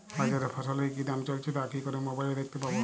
বাজারে ফসলের কি দাম চলছে তা কি করে মোবাইলে দেখতে পাবো?